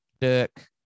Dirk